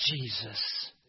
Jesus